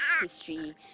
history